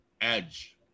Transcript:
Edge